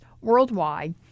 worldwide